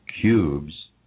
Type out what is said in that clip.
cubes